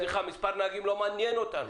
מספר נהגים לא מעניין אותנו.